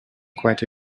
quite